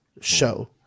show